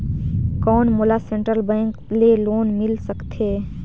कौन मोला central bank ले लोन मिल सकथे?